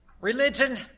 Religion